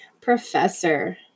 professor